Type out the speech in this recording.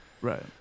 Right